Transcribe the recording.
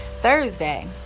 Thursday